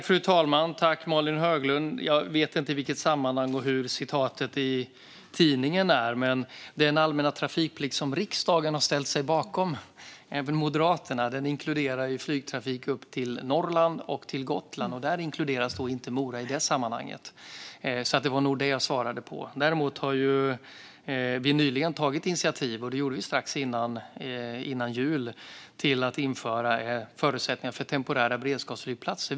Fru talman! Jag vet inte vilket sammanhang det är och hur citatet i tidningen är, men den allmänna trafikplikt som riksdagen har ställt sig bakom, även Moderaterna, inkluderar flygtrafik till Norrland och till Gotland. I det sammanhanget inkluderas inte Mora. Det var nog det jag svarade på. Däremot har vi nyligen tagit initiativ - det gjorde vi strax före jul - till att införa förutsättningar för temporära beredskapsflygplatser.